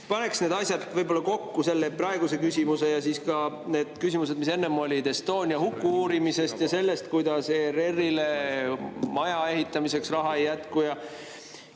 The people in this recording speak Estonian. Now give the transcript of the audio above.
paneksin need asjad kokku, selle praeguse küsimuse ja siis ka need küsimused, mis enne olid Estonia huku uurimise kohta ja selle kohta, kuidas ERR-ile maja ehitamiseks raha ei jätku.